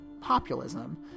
populism